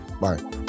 Bye